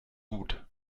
gut